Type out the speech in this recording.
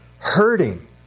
hurting